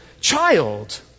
child